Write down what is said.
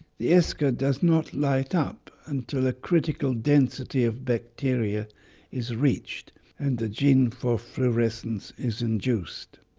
the esca does not light up until a critical density of bacteria is reached and the gene for fluorescence is induced.